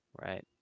right